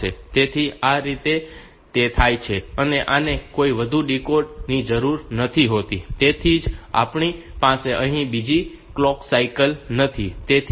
તેથી આ રીતે તે થાય છે અને આને કોઈ વધુ ડીકોડ ની જરૂર નથી હોતી તેથી જ આપણી પાસે અહીં બીજી કલોક સાયકલ નથી